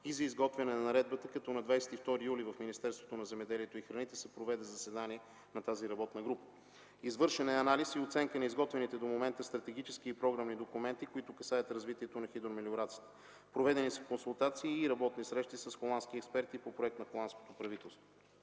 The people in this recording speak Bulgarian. и за изготвяне на наредбата, като на 22 юли в Министерството на земеделието и храните се проведе заседание на тази работна група; - извършен е анализ и оценка на изготвените до момента стратегически и програмни документи, които касаят развитието на хидромелиорациите; - проведени са консултации и работни срещи с холандски експерти по проект на холандското правителство;